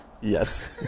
Yes